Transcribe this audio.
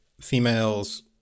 females